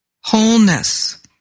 wholeness